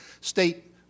state